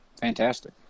Fantastic